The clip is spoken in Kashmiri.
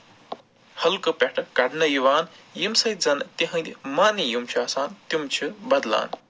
حلقہٕ پٮ۪ٹھ کڑنہٕ یِوان ییٚمہِ سۭتۍ زَن تِہِندۍ مَن یِم چھِ آسان تِم چھِ بدلان